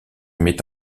met